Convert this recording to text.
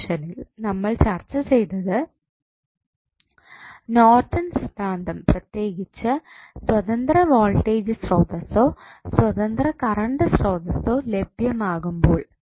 ഈ സെഷനിൽ നമ്മൾ ചർച്ച ചെയ്തത് നോർട്ടൺ സിദ്ധാന്തം പ്രത്യേകിച്ച് സ്വതന്ത്ര വോൾടേജ് സ്രോതസ്സോ സ്വതന്ത്ര കറണ്ട് സ്രോതസ്സോ ലഭ്യമാകുമ്പോൾ